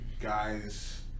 guys